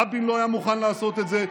רבין לא היה מוכן לעשות את זה,